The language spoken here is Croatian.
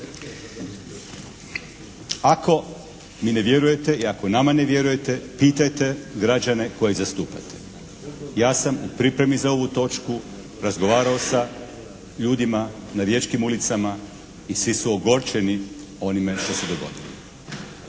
Ako mi ne vjerujete i ako nama ne vjerujete pitajte građane koje zastupate. Ja sam u pripremi za ovu točku razgovarao sa ljudima na riječkim ulicama i svi su ogorčeni onime što se dogodilo.